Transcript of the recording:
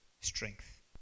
strength